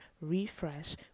refresh